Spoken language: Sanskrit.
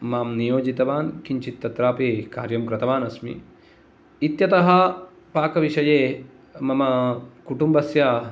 मां नियोजितवान् किञ्चित् तत्रापि कार्यं कृतवान् अस्मि इत्यतः पाकविषये मम कुटुम्बस्य